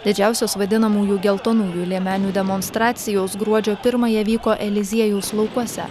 didžiausios vadinamųjų geltonųjų liemenių demonstracijos gruodžio pirmąją vyko eliziejaus laukuose